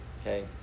Okay